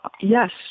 yes